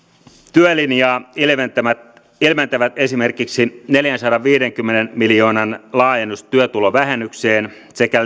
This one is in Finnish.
työlinjaa ilmentävät ilmentävät esimerkiksi neljänsadanviidenkymmenen miljoonan laajennus työtulovähennykseen sekä